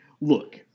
Look